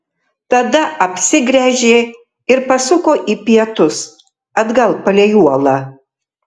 tada apsigręžė ir pasuko į pietus atgal palei uolą